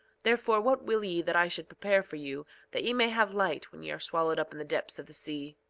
therefore what will ye that i should prepare for you that ye may have light when ye are swallowed up in the depths of the sea?